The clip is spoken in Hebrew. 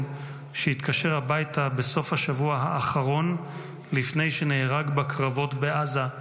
שהתקשר הביתה בסוף השבוע האחרון לפני שנהרג בקרבות בעזה,